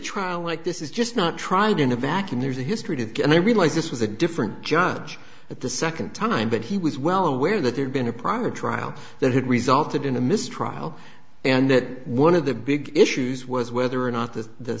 trial like this is just not tried in a vacuum there's a history to and i realize this was a different judge at the second time but he was well aware that there's been a prior trial that had resulted in a mistrial and that one of the big issues was whether or not the the